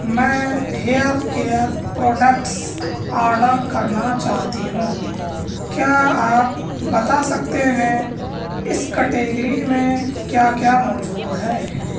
میں hair care products order کرنا چاہتی ہوں کیا آپ بتا سکتے ہیں اس کٹیگری میں کیا کیا موجود ہے